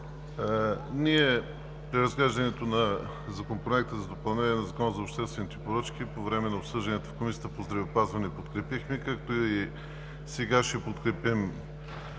Ние при разглеждането на Законопроекта за допълнение на Закона за обществените поръчки по време на обсъждането в Комисията по здравеопазване подкрепихме, както и сега ще подкрепим